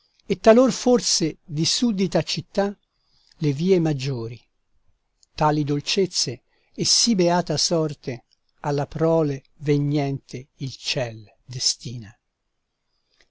e talor forse di suddita città le vie maggiori tali dolcezze e sì beata sorte alla prole vegnente il ciel destina